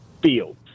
Fields